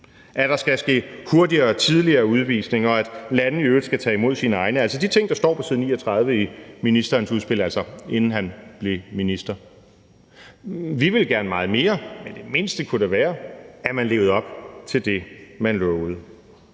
at der skal ske hurtigere og tidligere udvisning, og at lande i øvrigt skal tage imod deres egne, altså de ting, der står på side 39 i ministerens udspil, altså, inden han blev minister. Vi vil gerne meget mere, men det mindste kunne da være, at man levede op til det, man lovede.